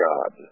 God